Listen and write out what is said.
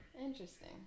Interesting